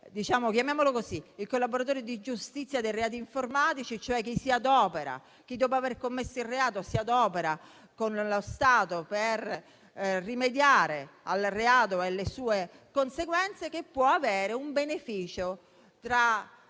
del collaboratore di giustizia dei reati informatici. Chi, dopo aver commesso il reato, si adopera con lo Stato per rimediare al reato e alle sue conseguenze, può avere un beneficio pari